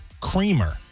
creamer